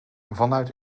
vanuit